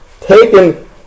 taken